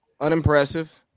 unimpressive